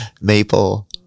maple